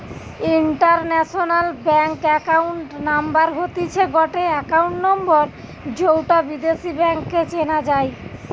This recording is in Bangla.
ইন্টারন্যাশনাল ব্যাংক একাউন্ট নাম্বার হতিছে গটে একাউন্ট নম্বর যৌটা বিদেশী ব্যাংকে চেনা যাই